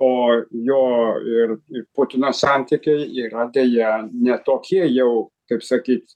o jo ir putino santykiai yra deja ne tokie jau kaip sakyt